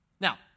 Now